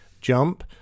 Jump